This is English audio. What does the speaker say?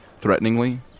threateningly